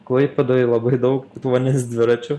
klaipėdoj labai daug vandens dviračių